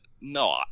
no